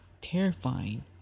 terrifying